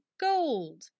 gold